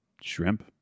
shrimp